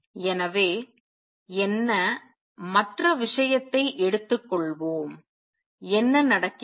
எனவே என்ன மற்ற விஷயத்தை எடுத்துக்கொள்வோம் என்ன நடக்கிறது